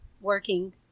working